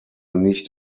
nicht